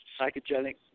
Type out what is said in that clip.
psychogenic